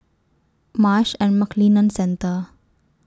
Marsh and McLennan Centre